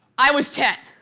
i was ten.